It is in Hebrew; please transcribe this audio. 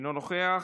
אינו נוכח.